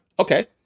Okay